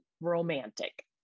Romantic